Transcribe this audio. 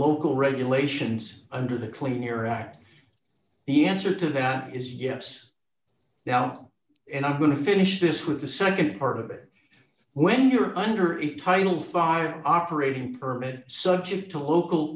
local regulations under the clean air act the answer to that is yes now and i'm going to finish this with the nd part of it when you're under it title five operating permit subject to local